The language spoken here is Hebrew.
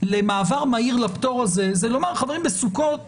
למעבר מהיר לפטור הזה זה לומר, חברים, בסוכות